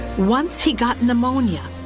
once he got pneumonia,